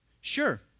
Sure